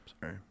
Sorry